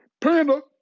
Panda